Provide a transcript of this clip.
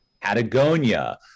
Patagonia